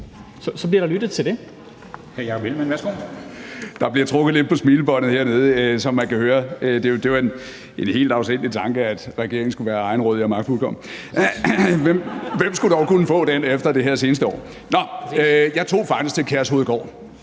Ellemann-Jensen (V): Der bliver trukket lidt på smilebåndet hernede, som man kan høre. Det er jo en helt afsindig tanke, at regeringen skulle være egenrådig og magtfuldkommen. Hvem skulle dog kunne få den efter det her seneste år? Nå. Jeg tog faktisk til Kærshovedgård.